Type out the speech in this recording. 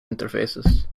interfaces